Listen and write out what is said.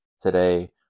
today